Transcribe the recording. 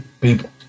people